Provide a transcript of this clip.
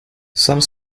some